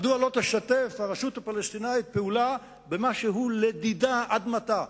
מדוע לא תשתף הרשות הפלסטינית פעולה במה שהוא לדידה אדמתה?